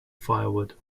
firewood